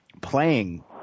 playing